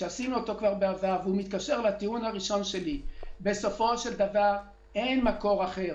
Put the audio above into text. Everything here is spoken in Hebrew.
שכבר עשינו אותו בעבר: בסופו של דבר אין מקור אחר.